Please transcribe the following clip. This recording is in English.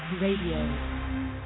radio